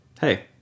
hey